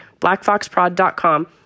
blackfoxprod.com